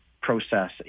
process